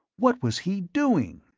what was he doing?